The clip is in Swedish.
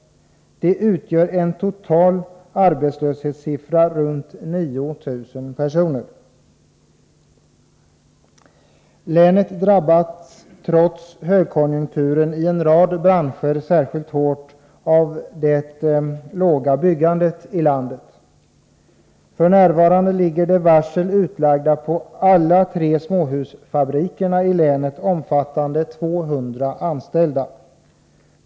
Det utgör en total arbetslöshet på omkring 9 000 personer. Länet drabbas trots högkonjunkturen i en rad branscher särskilt hårt av det låga byggandet i landet. F.n. ligger det varsel utlagda på alla de tre småhusfabrikerna i länet, omfattande 200 anställda.